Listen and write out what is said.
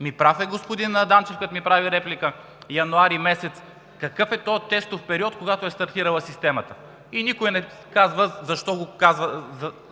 Ами, прав е господин Данчев, като ми прави реплика през месец януари. Какъв е този тестов период, кога е стартирала системата? Никой не казва